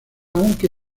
aunque